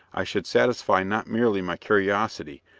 i should satisfy not merely my curiosity,